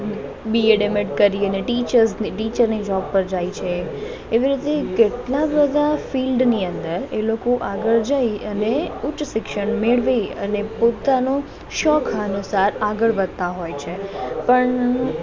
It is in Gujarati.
બીએડ એમએડ કરી અને ટીચર્સની ટીચરની જૉબ પર જાય છે એવી રીતે કેટલાં બધાં ફિલ્ડની અંદર એ લોકો આગળ જઈ અને ઉચ્ચ શિક્ષણ મેળવી અને પોતાનો શોખ નુસાર આગળ વધતા હોય છે પણ